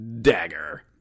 Dagger